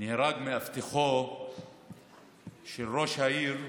נהרג מאבטחו של ראש העיר טייבה,